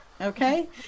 Okay